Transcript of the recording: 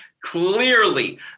clearly